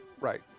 Right